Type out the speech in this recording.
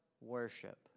worship